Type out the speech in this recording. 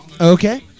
Okay